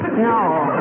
no